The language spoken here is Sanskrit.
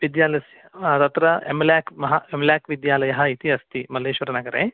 विद्यालस् तत्र एम्लेक् महा एम्लेक् विद्यालयः इति अस्ति मल्लेश्वरनगरे